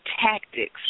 tactics